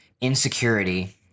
insecurity